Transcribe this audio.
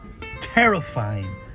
terrifying